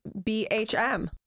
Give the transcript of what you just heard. BHM